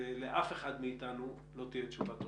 ולאף אחד מאיתנו לא תהיה תשובה טובה.